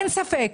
אין ספק,